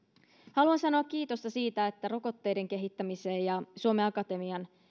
haluan sanoa kiitosta siitä että rokotteiden kehittämiseen ja suomen akatemian